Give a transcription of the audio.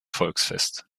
volksfest